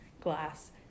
glass